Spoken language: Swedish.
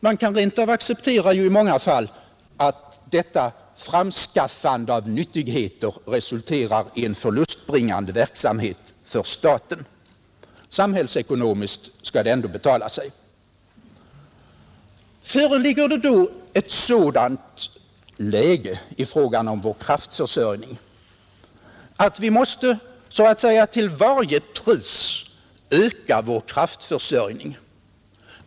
Man kan ju rent av i många fall acceptera att detta framskaffande av nyttigheter resulterar i en förlustbringande verksamhet för staten. Samhällsekonomiskt kan det ändå betala sig. Föreligger det då ett sådant läge i fråga om vår kraftförsörjning att vi måste så att säga till varje pris öka denna?